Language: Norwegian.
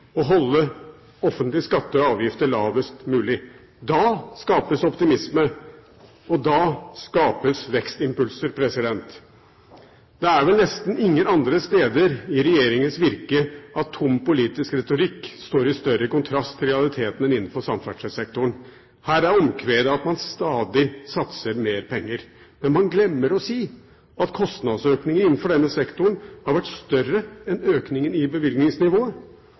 å holde offentlige skatter og avgifter lavest mulig. Da skapes optimisme, og da skapes vekstimpulser. Det er vel nesten ingen andre steder i regjeringens virke at tom politisk retorikk står i større kontrast til realitetene, enn innenfor samferdselssektoren. Her er omkvedet at man stadig satser mer penger. Men man glemmer å si at kostnadsøkningen innenfor denne sektoren har vært større enn økningen i bevilgningsnivået.